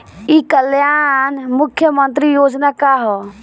ई कल्याण मुख्य्मंत्री योजना का है?